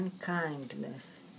kindness